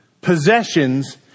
possessions